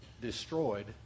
destroyed